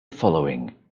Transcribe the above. following